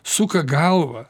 suka galvą